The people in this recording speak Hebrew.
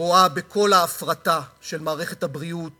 רואה בכל ההפרטה של מערכת הבריאות